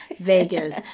Vegas